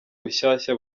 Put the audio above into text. rushyashya